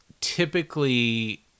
typically